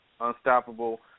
Unstoppable